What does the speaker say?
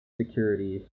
security